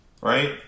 Right